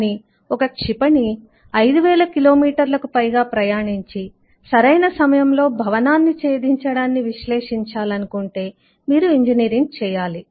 కానీ ఒక క్షిపణి 5000 కిలోమీటర్లకు పైగా ప్రయాణించి సరైన సమయంలో భవనాన్ని చేధించడాన్ని విశ్లేషించాలనుకుంటే మీరు ఇంజనీరింగ్ చేయాలి